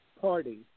party